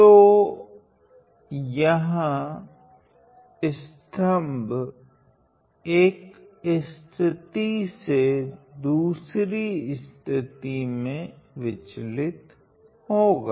तो यहाँ स्तम्भ एक स्थिति से दूसरी मे विचलित होगा